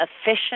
efficient